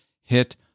hit